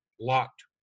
Locked